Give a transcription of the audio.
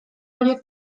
horiek